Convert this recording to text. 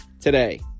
today